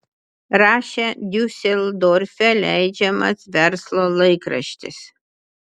rašė diuseldorfe leidžiamas verslo laikraštis